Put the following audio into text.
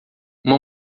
uma